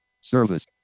service